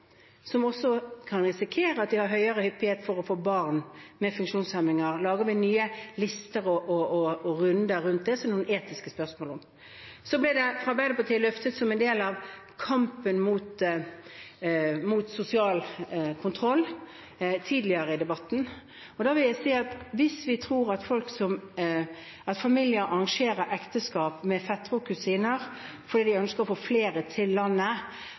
som også kan risikere å ha høyere hyppighet for å få barn med funksjonshemninger. Lager vi da nye lister og runder rundt det, som det er etiske spørsmål om? Så ble dette fra Arbeiderpartiet løftet som en del av kampen mot sosial kontroll tidligere i debatten. Da vil jeg si at hvis vi tror at familier arrangerer ekteskap mellom fettere og kusiner fordi de ønsker å få flere til landet,